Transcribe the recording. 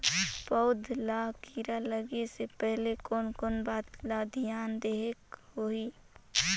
पौध ला कीरा लगे से पहले कोन कोन बात ला धियान देहेक होही?